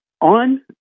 on